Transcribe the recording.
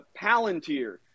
palantir